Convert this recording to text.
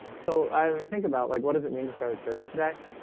and so i think about like what does it mean to start a church today?